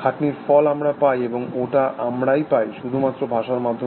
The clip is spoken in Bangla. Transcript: খাটনির ফল আমরা পাই এবং ওটা আমরাই পাই শুধুমাত্র ভাষার মাধ্যম দিয়ে